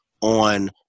on